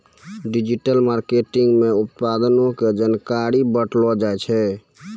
digital marketing मे उत्पादो के जानकारी बांटलो जाय छै